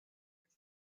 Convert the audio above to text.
which